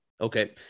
Okay